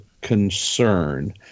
concern